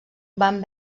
van